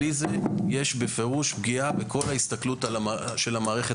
בלי זה יש בפירוש פגיעה בכל ההסתכלות של המערכת